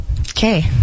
Okay